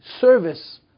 service